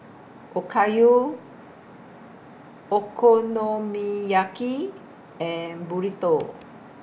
Okayu Okonomiyaki and Burrito